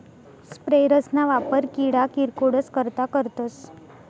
sprayers ना वापर किडा किरकोडस करता करतस